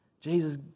Jesus